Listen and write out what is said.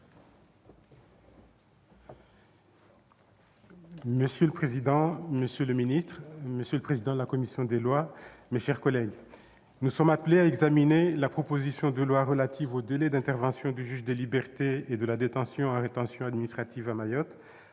Monsieur le président, monsieur le secrétaire d'État, monsieur le président de la commission des lois, mes chers collègues, nous sommes appelés à examiner la proposition de loi relative au délai d'intervention du juge des libertés et de la détention en rétention administrative à Mayotte,